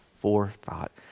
forethought